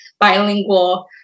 bilingual